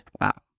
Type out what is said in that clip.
Wow